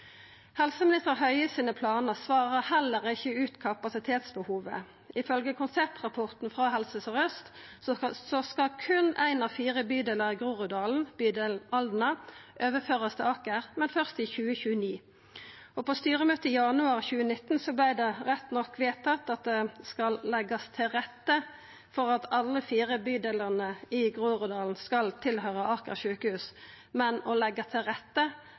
Helseminister Høies planar svarar heller ikkje på kapasitetsbehovet. Ifølgje konseptrapporten frå Helse Sør-Aust skal berre ein av fire bydelar i Groruddalen, bydel Alna, overførast til Aker, men først i 2029. På styremøtet i januar 2019 vart det rett nok vedtatt at det skal leggjast til rette for at alle fire bydelane i Groruddalen skal tilhøyra Aker sjukehus – men å leggja til rette,